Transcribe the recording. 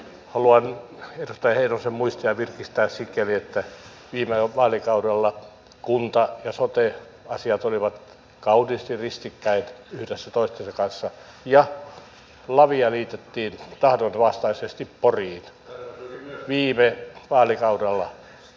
haluan edustaja heinosen muistia virkistää sikäli että viime vaalikaudella kunta ja sote asiat olivat kauniisti ristikkäin yhdessä toistensa kanssa ja lavia liitettiin tahdonvastaisesti poriin viime vaalikaudella